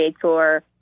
Tour